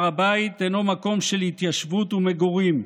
הר הבית אינו מקום של התיישבות ומגורים.